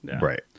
Right